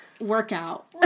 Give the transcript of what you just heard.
workout